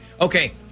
Okay